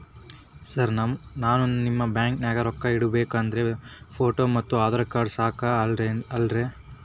Sir ನಾನು ನಿಮ್ಮ ಬ್ಯಾಂಕನಾಗ ರೊಕ್ಕ ಇಡಬೇಕು ಅಂದ್ರೇ ಫೋಟೋ ಮತ್ತು ಆಧಾರ್ ಕಾರ್ಡ್ ಸಾಕ ಅಲ್ಲರೇ?